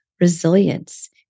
resilience